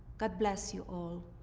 god bless you all,